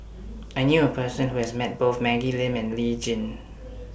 I knew A Person Who has Met Both Maggie Lim and Lee Tjin